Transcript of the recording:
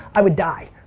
i would die.